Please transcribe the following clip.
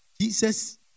Jesus